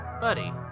buddy